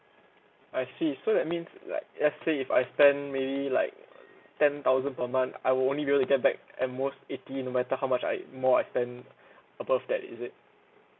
I see so that means like let's say if I spend maybe like ten thousand per month I will only be able to get back at most eighty no matter how much I more I spend above that is it